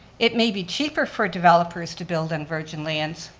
it may be cheaper for developers to build in virgin lands,